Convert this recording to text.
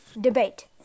debate